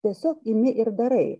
tiesiog imi ir darai